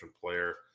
player